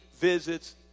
visits